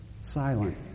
silent